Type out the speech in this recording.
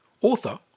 author